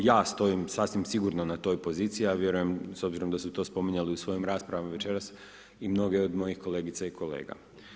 I ja stojim sasvim sigurno na toj poziciji, ja vjerujem, s obzirom da su to spominjali u svojim raspravama večeras, i mnoge od mojih kolegica i kolega.